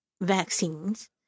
vaccines